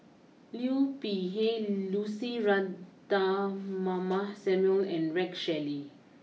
Liu Peihe Lucy Ratnammah Samuel and Rex Shelley